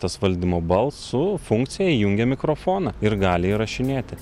tas valdymo balsu funkcija įjungia mikrofoną ir gali įrašinėti